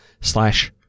slash